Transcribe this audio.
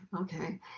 okay